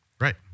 Right